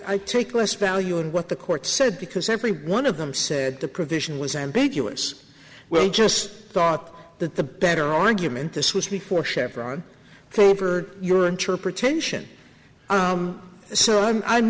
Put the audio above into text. i take less value in what the court said because every one of them said the provision was ambiguous well i just thought that the better argument this was before chevron claim for your interpretation so i'm i'm